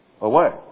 away